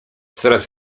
coraz